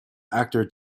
actor